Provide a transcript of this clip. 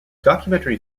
documentary